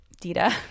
Dita